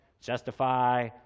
justify